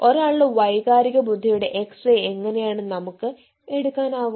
ഒരാളുടെ വൈകാരിക ബുദ്ധിയുടെ എക്സ് റേ എങ്ങനെയാണു നമുക്ക്ക് എടുക്കാനാവുക